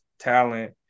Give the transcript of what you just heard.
talent